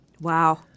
Wow